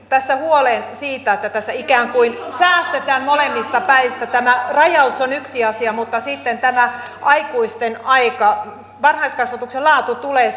huoleen siitä että tässä ikään kuin säästetään molemmista päistä tämä rajaus on yksi asia mutta sitten on tämä aikuisten aika varhaiskasvatuksen laatu tulee